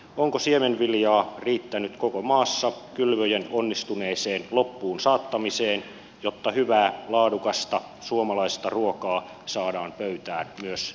onko siemenviljaa riittänyt koko maassa kylvöjen onnistuneeseen loppuun saattamiseen jotta hyvää laadukasta suomalaista ruokaa saadaan pöytään myös jatkossa